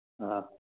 ꯑꯥ